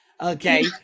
Okay